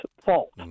fault